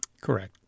Correct